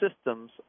systems